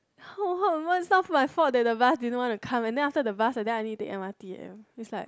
it's not my fault that the bus didn't want to come and then after the bus I think I need take m_r_t leh is like